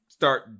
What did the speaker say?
start